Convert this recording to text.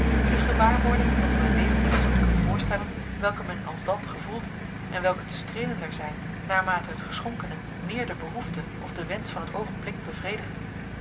de gewaarwordingen nog wel levendig zult kunnen voorstellen welke men alsdan gevoelt en welke te streelender zijn naarmate het geschonkene meer de behoefte of den wensch van het oogenblik bevredigt